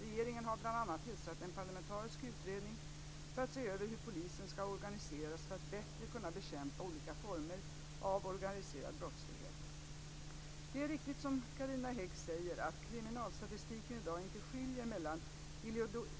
Regeringen har bl.a. tillsatt en parlamentarisk utredning för att se över hur polisen skall organiseras för att bättre kunna bekämpa olika former av organiserad brottslighet. Det är riktigt som Carina Hägg säger att kriminalstatistiken i dag inte skiljer mellan